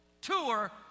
tour